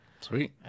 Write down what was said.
sweet